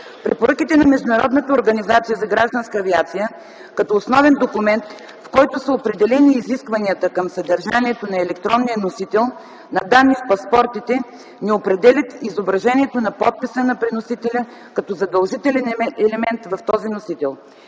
Препоръките на Международната организация за гражданска авиация като основен документ, в който са определени изискванията към съдържанието на електронния носител на данни в паспортите, не определят изображението на подписа на приносителя като задължителен елемент в този носител.